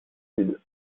sud